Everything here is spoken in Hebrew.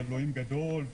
ואלוקים גדול,